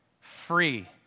Free